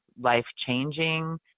life-changing